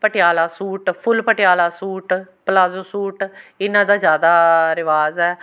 Patiala suit full Patiala suit palazzo suit ਇਹਨਾਂ ਦਾ ਜ਼ਿਆਦਾ ਰਿਵਾਜ਼ ਹੈ